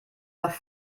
nach